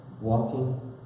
walking